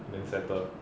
then settle